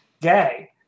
gay